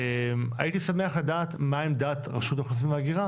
הייתי שמח לדעת מה עמדת רשות האוכלוסין וההגירה